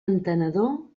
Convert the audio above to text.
entenedor